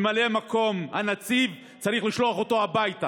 את ממלא מקום הנציב צריך לשלוח הביתה,